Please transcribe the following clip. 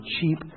cheap